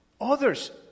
others